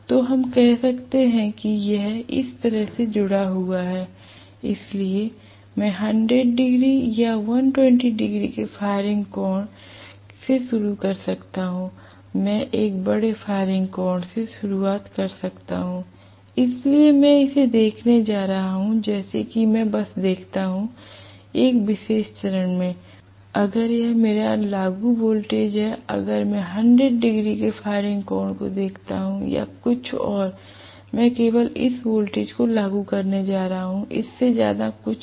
तो हम कहते हैं कि यह इस तरह से जुड़ा हुआ है इसलिए मैं 100 डिग्री या 120 डिग्री के फायरिंग कोण से शुरू कर सकता हूं मैं एक बड़े फायरिंग कोण से शुरू कर सकता हूं इसलिए मैं इसे देखने जा रहा हूं जैसे कि मैं बस देखता हूं एक विशेष चरण में अगर यह मेरा लागू वोल्टेज है अगर मैं 100 डिग्री के फायरिंग कोण को देखता हूं या कुछ और मैं केवल इस वोल्टेज को लागू करने जा रहा हूं इससे ज्यादा कुछ नहीं